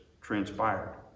transpired